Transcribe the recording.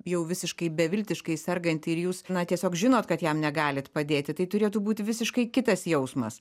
jau visiškai beviltiškai sergantį ir jūs na tiesiog žinot kad jam negalit padėti tai turėtų būt visiškai kitas jausmas